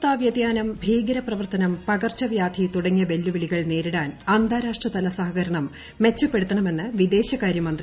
കാലാവസ്ഥാ വൃതിയാനം ഭീകരപ്രവ്വർത്തനം പകർച്ചവ്യാധി തുടങ്ങിയ വെല്ലുവിളികൾ നേരിടാൻ അന്താരാഷ്ട്രതല സഹകരണം ക്മെച്ച്പ്പെടുത്തണമെന്ന് വിദേശകാര്യമന്ത്രി എസ്